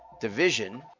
division